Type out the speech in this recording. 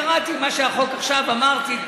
קראתי מה החוק עכשיו, אמרתי.